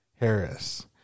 Harris